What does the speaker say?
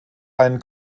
einen